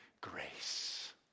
grace